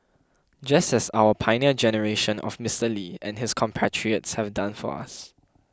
just as our Pioneer Generation of Mister Lee and his compatriots have done for us